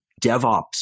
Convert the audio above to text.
DevOps